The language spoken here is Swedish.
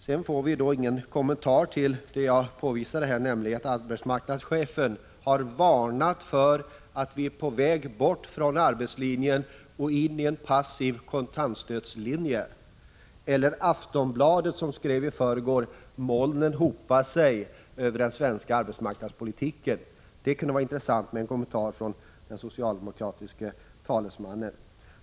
Sedan fick vi ingen kommentar till det jag påvisade, att arbetsmarknadschefen varnat för att vi är på väg bort från arbetslinjen och in i en passiv kontantstödslinje och att Aftonbladet i förrgår skrev: Molnen hopar sig över den svenska arbetsmarknadspolitiken. Det kunde vara intressant med en kommentar till detta från den socialdemokratiske talesmannen.